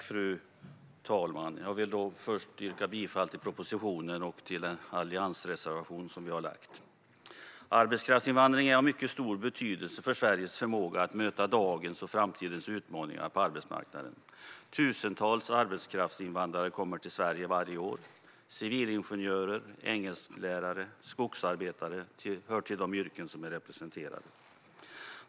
Fru talman! Jag vill först yrka bifall till propositionen och till vår alliansreservation. Arbetskraftsinvandringen är av mycket stor betydelse för Sveriges förmåga att möta dagens och framtidens utmaningar på arbetsmarknaden. Tusentals arbetskraftsinvandrare kommer till Sverige varje år. Civilingenjörer, engelsklärare och skogsarbetare hör till de yrken som är representerade.